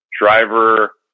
driver